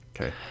okay